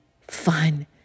fun